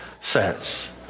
says